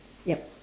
yup